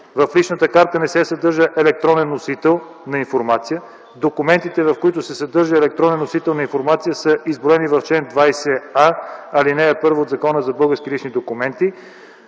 В личната карта не се съдържа електронен носител на информация. Документите, в които се съдържа електронен носител на информация, са изброени в чл. 20а, ал. 1 от Закона за българските лични документи.